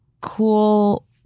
cool